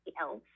else